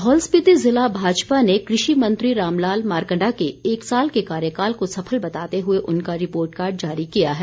लाहौल स्पीति ज़िला भाजपा ने कृषि मंत्री रामलाल मारकण्डा के एक साल के कार्यकाल को सफल बताते हुए उनका रिपोर्टकार्ड जारी किया है